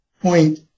point